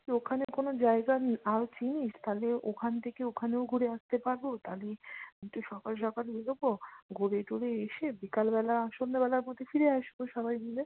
ওখানে কোনো জায়গা আর চিনিস তাহলে ওখান থেকে ওখানেও ঘুরে আসতে পারবো তালে একটু সকাল সকাল বেরোবো ঘুরে টুরে এসে বিকালবেলা সন্ধ্যেবেলার মধ্যে ফিরে আসবো সবাই মিলে